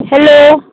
hello